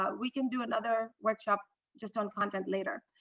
ah we can do another workshop just on content later.